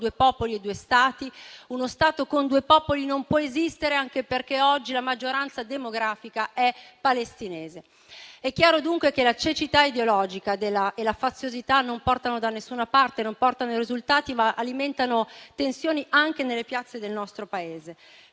È chiaro, dunque, che la cecità ideologica e la faziosità non portano da nessuna parte, non portano risultati, ma alimentano tensioni anche nelle piazze del nostro Paese.